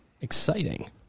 exciting